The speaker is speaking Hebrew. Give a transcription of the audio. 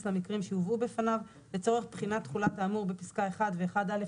למקרים שהובאו בפניו לצורך בחינת תחולת האמור בפסקה (1) ו-(1א)